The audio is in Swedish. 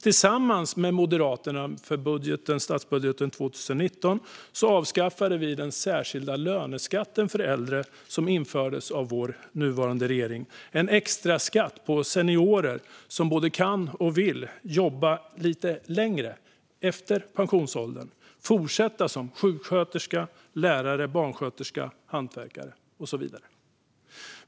Tillsammans med Moderaterna avskaffade vi i statsbudgeten 2019 den särskilda löneskatten för äldre, som införts av vår nuvarande regering - en extraskatt för seniorer som kan och vill jobba lite längre efter pensionsåldern och fortsätta som sjuksköterska, lärare, barnskötare, hantverkare och så vidare.